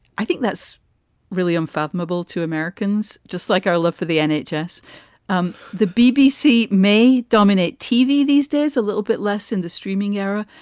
i think that's really unfathomable to americans. just like our love for the and nhs. um the bbc may dominate tv these days a little bit less in the streaming era,